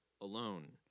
alone